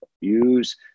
use